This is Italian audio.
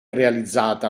realizzata